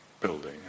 building